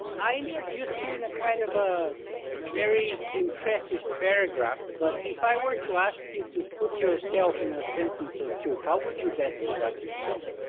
i introduced you in kind of a very impressive paragraph but, if i were to ask you to put yourself in a sentence or two, how would you best do that yourself?